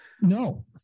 No